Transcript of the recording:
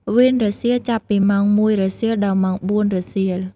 វេនរសៀល ចាប់ពីម៉ោង ១ រសៀល ដល់ម៉ោង ៤ រសៀល។